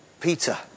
Peter